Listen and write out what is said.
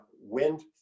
wind